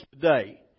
today